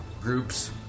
groups